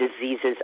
diseases